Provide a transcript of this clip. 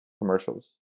commercials